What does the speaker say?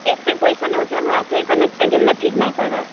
ଏତେ ପଇସା ନେଉଛନ୍ ୱାଇ ଫାଇ କନେକ୍ସନ୍ଟା କେନ୍ତା ଠିକ ନାହିଁ କରିବାର